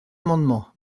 amendement